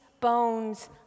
bones